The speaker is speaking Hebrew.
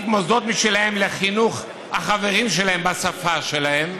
מוסדות משלהם לחינוך החברים שלהם בשפה שלהם,